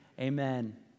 Amen